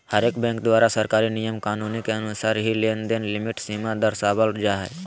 हरेक बैंक द्वारा सरकारी नियम कानून के अनुसार ही लेनदेन लिमिट सीमा दरसावल जा हय